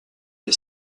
est